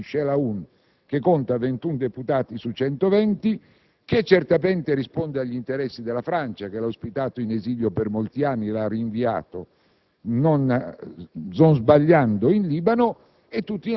cioè di far entrare all'interno della maggioranza il Gruppo di Michel Aoun, che conta 21 deputati su 120 e che certamente risponde agli interessi della Francia che lo ha ospitato in esilio per molti anni e lo ha rinviato,